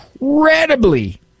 incredibly